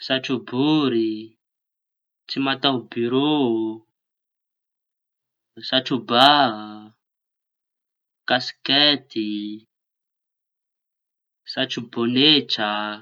Satrobory, tsy mataobirô, satro ba, kasikety, satrobonetra.